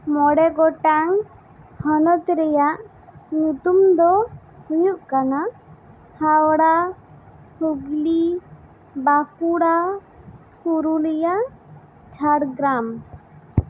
ᱢᱚᱬᱮ ᱜᱚᱴᱟᱝ ᱦᱚᱱᱚᱛ ᱨᱮᱭᱟᱜ ᱧᱩᱛᱩᱢ ᱫᱚ ᱦᱩᱭᱩᱜ ᱠᱟᱱᱟ ᱦᱟᱣᱲᱟ ᱦᱩᱜᱽᱞᱤ ᱵᱟᱸᱠᱩᱲᱟ ᱯᱩᱨᱩᱞᱤᱟᱹ ᱡᱷᱟᱲᱜᱨᱟᱢ